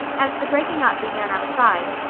as the breaking up began outside,